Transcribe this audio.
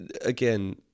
again